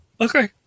Okay